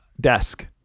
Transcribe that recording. desk